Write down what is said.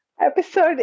Episode